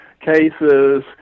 cases